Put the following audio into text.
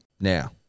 Now